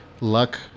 luck